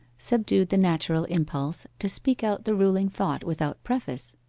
subdued the natural impulse to speak out the ruling thought without preface.